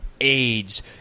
AIDS